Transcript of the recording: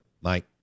Mike